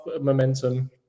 momentum